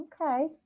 okay